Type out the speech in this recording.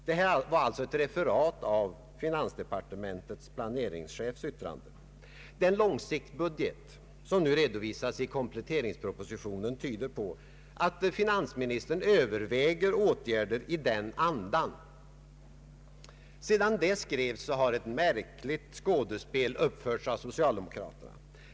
Det här var alltså ett referat av vad finansministerns planeringschef sagt. Den långsiktsbudget som nu redovisas i kompletteringspropositionen tyder på att finansministern överväger åtgärder i den andan. Sedan detta skrevs har ett märkligt skådespel uppförts av socialdemokraterna.